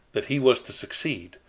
that he was to succeed,